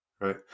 right